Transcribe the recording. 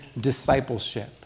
discipleship